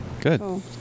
good